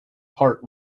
part